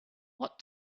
what